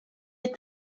est